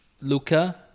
Luca